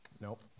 nope